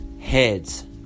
heads